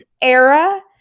era